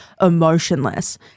emotionless